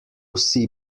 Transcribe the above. vsi